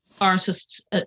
artists